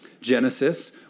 Genesis